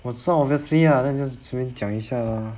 of course obviously ah let's just 随便讲一下 lah